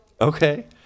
Okay